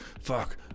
fuck